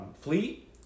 Fleet